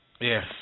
Yes